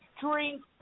drink